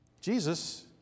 Jesus